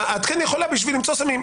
את יכולה כדי למצוא סמים.